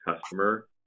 customer